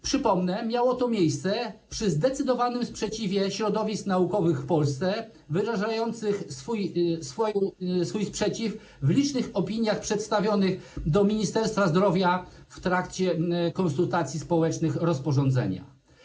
Przypomnę, miało to miejsce przy zdecydowanym sprzeciwie środowisk naukowych w Polsce wyrażających swój sprzeciw w licznych opiniach przedstawionych Ministerstwu Zdrowia w trakcie konsultacji społecznych dotyczących rozporządzenia.